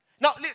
Now